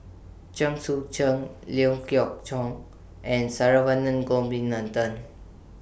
Chen Sucheng Liew Geok and Saravanan Gopinathan